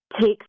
take